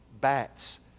Bats